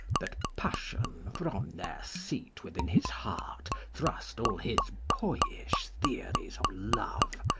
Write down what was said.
that passion from their seat within his heart thrust all his boyish theories of love,